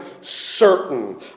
certain